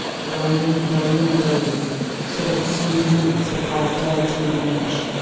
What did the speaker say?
rolling, rolling, rolling so that it seemed minutes before i dared to move an inch.